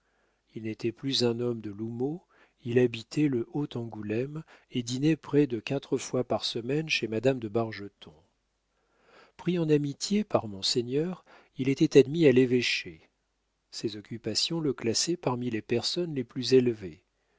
il n'était plus un homme de l'houmeau il habitait le haut angoulême et dînait près de quatre fois par semaine chez madame de bargeton pris en amitié par monseigneur il était admis à l'évêché ses occupations le classaient parmi les personnes les plus élevées